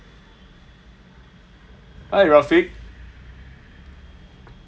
hi rafik